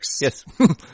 Yes